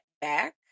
back